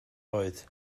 oed